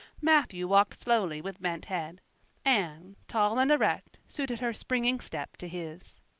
matthew walked slowly with bent head anne, tall and erect, suited her springing step to his.